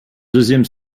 deuxième